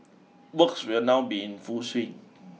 works will now be in full swing